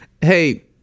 hey